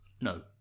No